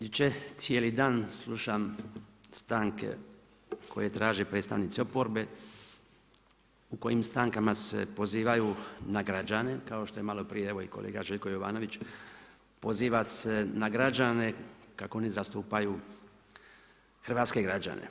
Jučer cijeli dan slušam stanke koje traže predstavnici oporbe u kojim stankama se pozivaju na građane kao što je maloprije evo i kolega Željko Jovanović, poziva se na građane kako oni zastupaju hrvatske građane.